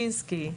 ששינסקי.